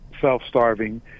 self-starving